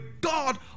God